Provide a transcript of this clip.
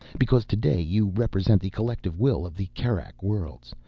because today you represent the collective will of the kerak worlds.